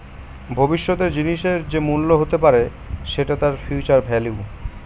ভবিষ্যতের জিনিসের যে মূল্য হতে পারে সেটা তার ফিউচার ভেল্যু